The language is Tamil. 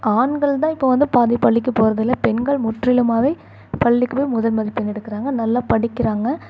ஆண்கள்தான் இப்போ வந்து பாதி பள்ளிக்கு போகிறதில்ல பெண்கள் முற்றிலுமாகவே பள்ளிக்கு போய் முதல் மதிப்பெண் எடுக்கிறாங்க நல்லா படிக்கிறாங்கள்